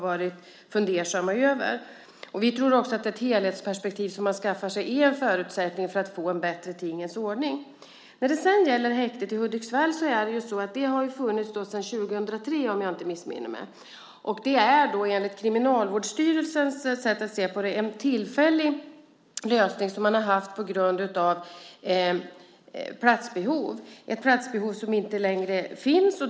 Vi tror att ett helhetsperspektiv är en förutsättning för att få en bättre tingens ordning. Häktet i Hudiksvall har funnits sedan 2003, om jag inte missminner mig. Enligt Kriminalvårdsstyrelsens sätt att se är det en tillfällig lösning på grund av platsbehov - ett platsbehov som inte längre finns.